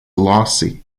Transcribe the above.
lossy